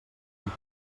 tant